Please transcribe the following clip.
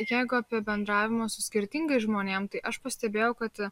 jeigu apie bendravimą su skirtingais žmonėm tai aš pastebėjau kad